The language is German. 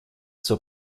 zur